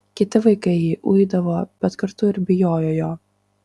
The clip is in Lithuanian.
kiti vaikai jį uidavo bet kartu ir bijojo jo